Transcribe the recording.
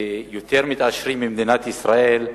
יותר מתעשרים במדינת ישראל,